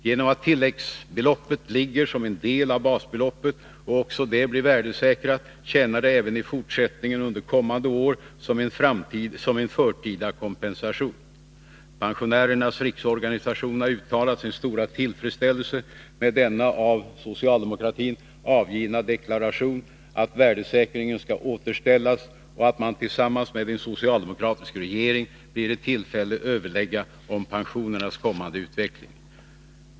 Genom att tilläggsbeloppet ligger som en del av basbeloppet och också det blir värdesäkrat tjänar det även i fortsättningen som en förtida kompensation. Pensionärernas riksorganisation har uttalat sin stora tillfredsställelse med den av socialdemokratin avgivna deklarationen att värdesäkringen skall återställas och med att man tillsammans med en socialdemokratisk regering blir i tillfälle att överlägga om pensionernas kommande utveckling.